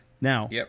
Now